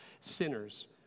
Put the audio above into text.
sinners